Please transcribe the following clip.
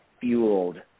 fueled